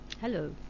hello